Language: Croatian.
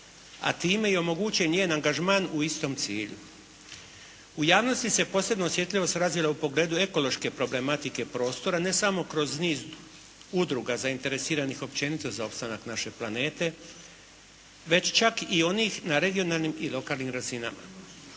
a time i omogućen njen angažman u istom cilju. U javnosti se posebna osjetljivost razvila u pogledu ekološke problematike prostora ne samo kroz niz udruga zainteresiranih općenito za opstanak naše planete, već čak i onih na regionalnim i lokalnim razinama.